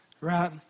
Right